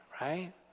right